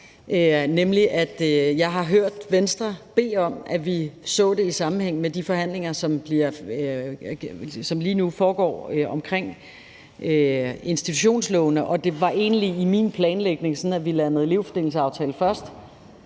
jeg har hørt Venstre bede om, at vi så det i sammenhæng med de forhandlinger, som lige nu foregår omkring institutionslovene, og det var egentlig i min planlægning sådan, at vi landede en elevfordelingsaftale først,